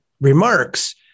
remarks